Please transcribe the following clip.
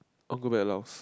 I want go back Laos